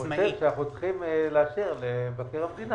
אני חושב שאנחנו צריכים לאשר למבקר המדינה